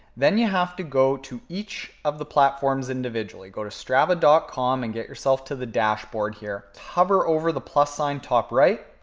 then you have to go to each of the platforms individually. go to strava dot com and get yourself to the dashboard here. hover over the plus sign top right.